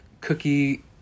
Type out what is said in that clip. cookie